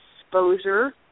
exposure